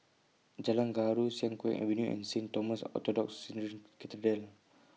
Jalan Gaharu Siang Kuang Avenue and Saint Thomas Orthodox Syrian Cathedral